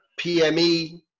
pme